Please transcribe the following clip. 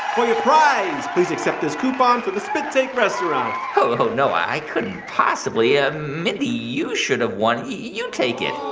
for your prize, please accept this coupon for the spit take restaurant oh, no, i couldn't possibly. ah mindy, you should've won. you take it aww,